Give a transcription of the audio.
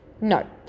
No